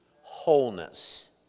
wholeness